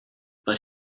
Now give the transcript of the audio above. but